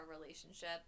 relationship